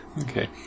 okay